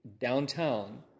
Downtown